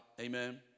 Amen